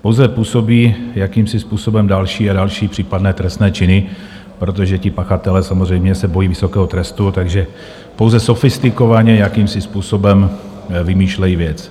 Pouze působí jakýmsi způsobem další a další případné trestné činy, protože ti pachatelé samozřejmě se bojí vysokého trestu, takže pouze sofistikovaně jakýmsi způsobem vymýšlejí věc.